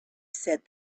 said